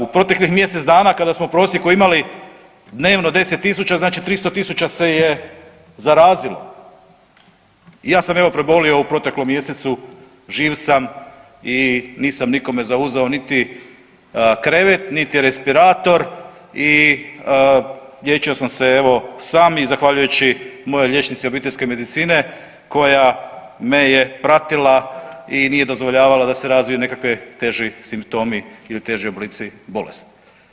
U proteklih mjesec dana kada smo u prosjeku imali dnevno 10.000 znači 300.000 se je zarazilo i ja sam evo prebolio u proteklom mjesecu, živ sam i nisam nikome zauzeo niti krevet, niti respirator i liječio sam se evo sam i zahvaljujući mojoj liječnici obiteljske medicine koja me je pratila i nije dozvoljavala da se razviju nekakvi teži simptomi ili teži oblici bolesti.